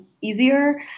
easier